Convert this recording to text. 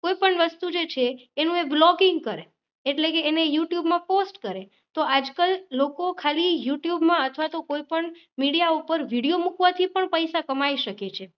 કોઈપણ વસ્તુ જે છે એનું એ બ્લોગિંગ કરે એટલે કે એને યૂ ટ્યૂબમાં પોસ્ટ કરે તો આજકાલ લોકો ખાલી યૂ ટ્યૂબમાં અથવા તો કોઈપણ મીડિયા ઉપર વિડિયો મૂકવાથી પણ પૈસા કમાઈ શકે છે